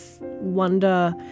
wonder